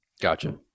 Gotcha